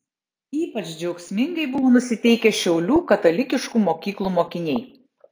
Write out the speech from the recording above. ypač džiaugsmingai buvo nusiteikę šiaulių katalikiškų mokyklų mokiniai